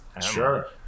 sure